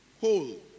whole